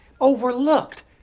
overlooked